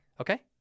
Okay